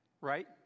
right